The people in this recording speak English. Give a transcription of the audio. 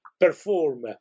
perform